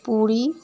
Puri